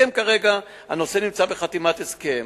כרגע הנושא נמצא בחתימת הסכם.